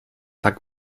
tak